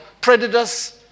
predators